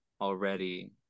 already